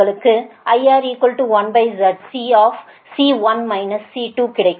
உங்களுக்கு IR1ZC கிடைக்கும்